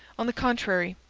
on the contrary,